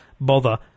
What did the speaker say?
bother